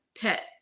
pet